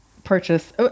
purchase